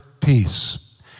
peace